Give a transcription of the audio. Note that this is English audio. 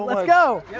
let's go.